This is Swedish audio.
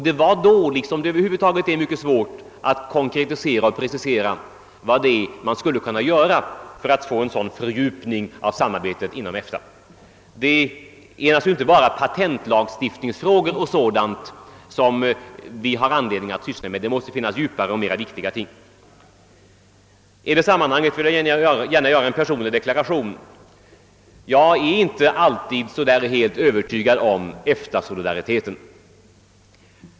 Det var då — liksom över huvud taget är fallet — mycket svårt att konkretisera och precisera vad som skulle kunna göras för att få en sådan fördjupning av samarbetet inom EFTA. Det är naturligtvis inte bara patentlagstiftning och dylikt som vi har anledning att syssla med. Det måste finnas flera djupgående och viktiga uppgifter för en sådan samverkan. I detta sammanhang vill jag gärna göra en personlig deklaration. Jag är inte så helt övertygad om EFTA-solidaritetens styrka i alla sammanhang.